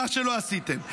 מה שלא עשיתם,